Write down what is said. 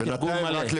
תרגום מלא.